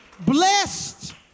Blessed